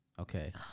okay